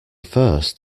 first